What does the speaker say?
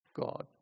God